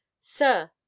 Sir